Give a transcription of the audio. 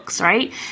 right